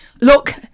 Look